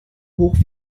hoch